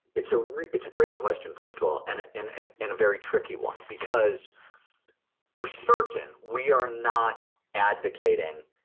it's ah it's a great question, first of all, and and and and a very tricky one because for certain, we are not advocating,